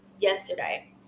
yesterday